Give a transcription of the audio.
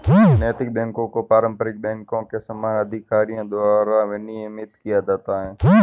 नैतिक बैकों को पारंपरिक बैंकों के समान अधिकारियों द्वारा विनियमित किया जाता है